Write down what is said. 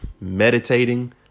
meditating